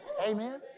Amen